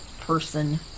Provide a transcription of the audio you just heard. person